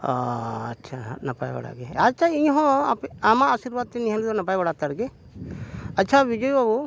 ᱟᱪᱪᱷᱟ ᱱᱟᱯᱟᱭ ᱵᱟᱲᱟᱜᱮ ᱟᱪᱪᱷᱟ ᱤᱧ ᱦᱚᱸ ᱟᱯᱮ ᱟᱢᱟᱜ ᱟᱥᱤᱨᱵᱟᱫᱽ ᱛᱤᱧ ᱱᱤᱭᱟᱹ ᱜᱷᱟᱹᱲᱤᱡ ᱫᱚ ᱱᱟᱯᱟᱭ ᱵᱟᱲᱟ ᱦᱟᱛᱟᱲ ᱜᱮ ᱟᱪᱪᱷᱟ ᱵᱤᱡᱚᱭ ᱵᱟᱹᱵᱩ